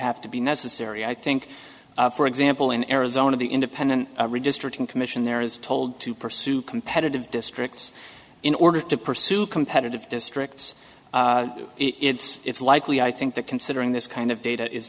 have to be necessary i think for example in arizona the independent redistricting commission there is told to pursue competitive districts in order to pursue competitive districts it's it's likely i think that considering this kind of data is